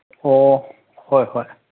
ꯑꯣ ꯍꯣꯏ ꯍꯣꯏ